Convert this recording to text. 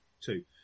Two